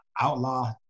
Outlaw